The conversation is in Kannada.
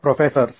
ಪ್ರೊಫೆಸರ್ ಸರಿ